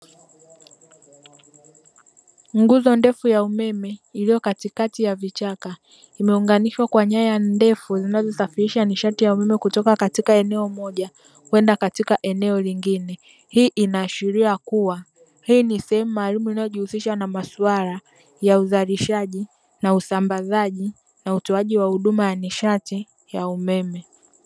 Nguzo ndefu ya umeme iliyo katikati ya vichaka, imeunganishwa kwa nyaya ndefu zinazosafirisha nishati ya umeme kutoka katika eneo moja kwenda katika eneo lingine. Hii inaashiria kuwa hii ni sehemu maalumu inayojihusisha na maswala ya uzalishaji na usambazaji na utoaji wa hudumua za nishati ya umeme.